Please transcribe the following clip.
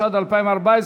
התשע"ד 2014,